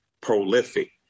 prolific